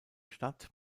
stadt